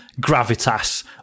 Gravitas